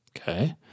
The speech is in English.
Okay